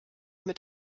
mit